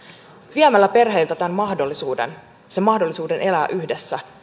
viemällä perheiltä tämän mahdollisuuden sen mahdollisuuden elää yhdessä